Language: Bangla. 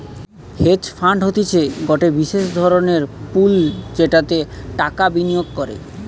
হেজ ফান্ড হতিছে গটে বিশেষ ধরণের পুল যেটাতে টাকা বিনিয়োগ করে